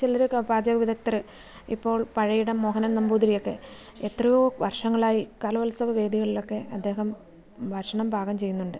ചിലരൊക്കെ പാചകവിദഗ്ധർ ഇപ്പോൾ പഴയിടം മോഹനൻ നമ്പൂതിരിയൊക്കെ എത്രയോ വർഷങ്ങളായി കലോത്സവവേദികളിലൊക്കെ അദ്ദേഹം ഭക്ഷണം പാകം ചെയ്യുന്നുണ്ട്